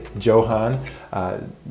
Johan